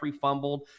fumbled